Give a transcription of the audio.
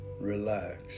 Relax